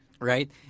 right